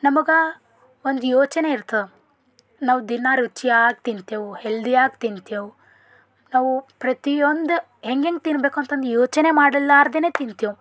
ನಮಗೆ ಒಂದು ಯೋಚನೆ ಇರ್ತದೆ ನಾವು ದಿನ ರುಚಿಯಾಗಿ ತಿಂತೇವೆ ಹೆಲ್ದಿಯಾಗಿ ತಿಂತೇವೆ ನಾವು ಪ್ರತಿ ಒಂದು ಹೆಂಗೆಂಗೆ ತಿನ್ನಬೇಕು ಅಂತಂದು ಯೋಚನೆ ಮಾಡಲಾರ್ದೇ ತಿಂತೇವೆ